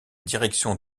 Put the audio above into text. direction